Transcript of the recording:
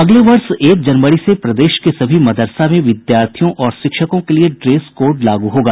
अगले वर्ष एक जनवरी से प्रदेश के सभी मदरसा में विद्यार्थियों और शिक्षकों के लिए ड्रेस कोड लागू होगा